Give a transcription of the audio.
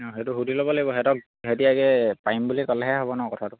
অঁ সেইটো সুধি ল'ব লাগিব সিহঁতক সিহঁতে আগে পাৰিম বুলি ক'লেহে হ'ব নহ্ কথাটো